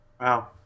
wow